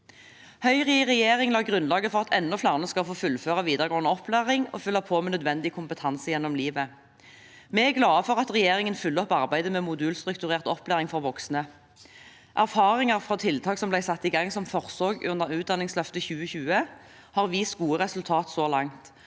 Høyre i regjering la grunnlaget for at enda flere skal få fullføre videregående opplæring og fylle på med nødvendig kompetanse gjennom livet. Vi er glad for at regjeringen følger opp arbeidet med modulstrukturert opplæring for voksne. Erfaringer fra tiltak som ble satt i gang som forsøk under Utdanningsløftet 2020, har vist gode resultater så langt.